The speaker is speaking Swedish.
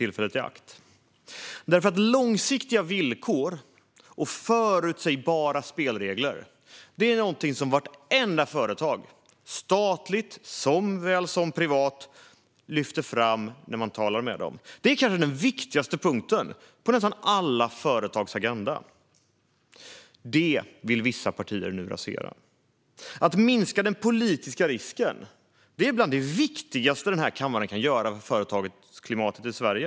Långsiktiga villkor och förutsägbara spelregler är någonting som vartenda företag, statliga såväl som privata, lyfter fram när man talar med dem. Det är kanske den viktigaste punkten på alla företags agenda. Detta vill vissa partier nu rasera. Att minska den politiska risken är bland det viktigaste den här kammaren kan göra för företagsklimatet i Sverige.